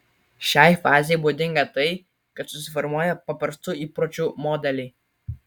šiai fazei būdinga tai kad susiformuoja paprastų įpročių modeliai